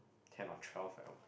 can of twelve at one